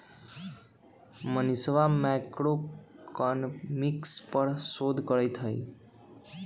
मनीषवा मैक्रोइकॉनॉमिक्स पर शोध करते हई